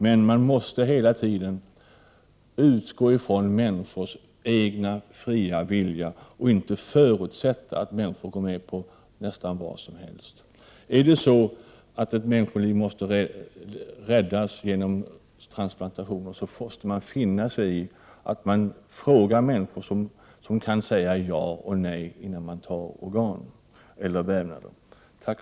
Men man måste hela tiden utgå från människors egen fria vilja och inte förutsätta att människor går med på nästan vad som helst. Om ett människoliv måste räddas genom transplantation, måste man finna sig i att fråga människor som kan säga ja eller nej innan organ eller vävnader tas.